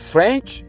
French